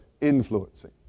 influencing